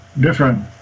different